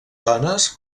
zones